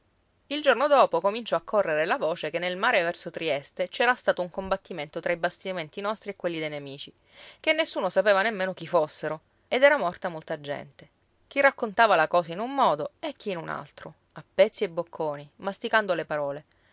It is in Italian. il giorno dopo cominciò a correre la voce che nel mare verso trieste ci era stato un combattimento tra i bastimenti nostri e quelli dei nemici che nessuno sapeva nemmeno chi fossero ed era morta molta gente chi raccontava la cosa in un modo e chi in un altro a pezzi e bocconi masticando le parole